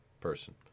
person